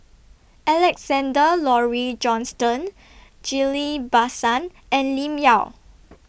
Alexander Laurie Johnston Ghillie BaSan and Lim Yau